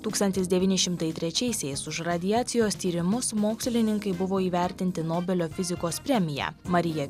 tūkstantis devyni šimtai trečiaisiais už radiacijos tyrimus mokslininkai buvo įvertinti nobelio fizikos premija marija